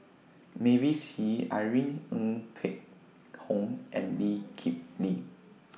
Mavis Hee Irene Ng Phek Hoong and Lee Kip Lee